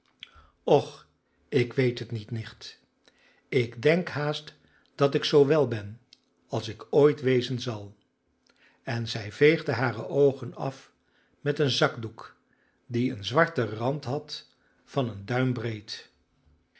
och ik weet het niet nicht ik denk haast dat ik zoo wel ben als ik ooit wezen zal en zij veegde hare oogen af met een zakdoek die een zwarten rand had van een duim breed